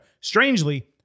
Strangely